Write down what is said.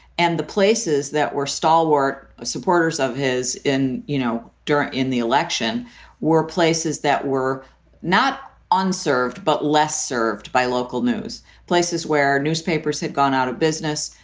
and the places that were stalwart supporters of his in, you know, during in the election were places that were not unserved, but less served by local news places where newspapers had gone out of business.